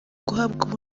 guhabwa